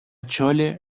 chole